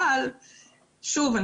אבל שוב,